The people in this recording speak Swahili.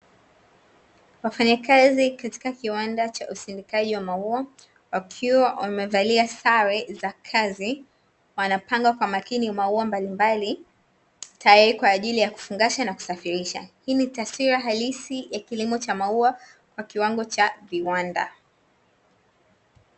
Wafanyakazi katika kiwanda cha usindikaji wa maua wakiwa wamevalia sare za kazi, wanapanga kwa makini maua mbalimbali tayari kwa ajili ya kufungasha na kusafirisha. Hii ni taswira halisi ya kilimo cha maua, kwa kiwango cha viwanda.